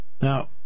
Now